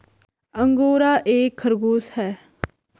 angora एक खरगोश है